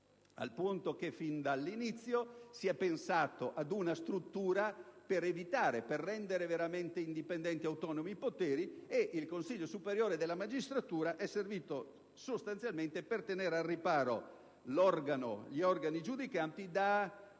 al punto che fin dall'inizio si è pensato ad una struttura che rendesse veramente indipendenti e autonomi i poteri. Il Consiglio superiore della magistratura è servito sostanzialmente per tenere al riparo gli organi giudicanti da